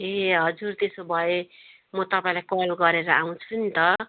ए हजुर त्यसो भए म तपाईँलाई कल गरेर आउँछु नि त